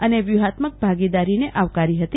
અને વ્યૂહાત્મક ભાગીદારીને આવકારી હતી